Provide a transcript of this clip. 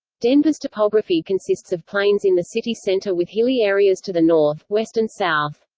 denver's topography consists of plains in the city center with hilly areas to the north, west and south.